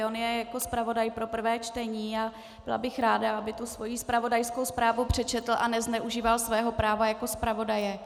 On je jako zpravodaj pro prvé čtení a byla bych ráda, aby tu svou zpravodajskou zprávu přečetl a nezneužíval svého práva jako zpravodaje.